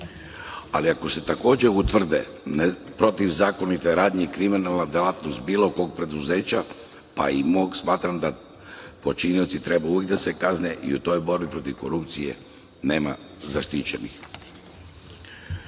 Ako se takođe utvrde protivzakonite radnje i kriminalna delatnost bilo kog preduzeća, pa i mog, smatram da počinioci treba da se kazne i u toj borbi protiv korupcije nema zaštićenih. Mogu